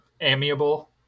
amiable